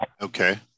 Okay